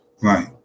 right